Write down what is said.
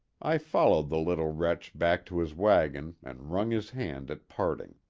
i followed the little wretch back to his wagon and wrung his hand at parting.